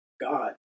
God